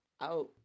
out